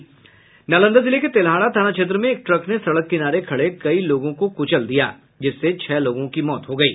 नालंदा जिले के तेल्हाड़ा थाना क्षेत्र में एक ट्रक ने सड़क किनारे खड़े कई लोगों को कुचल दिया जिससे छह लोगों की मौत हो गयी